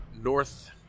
north